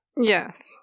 Yes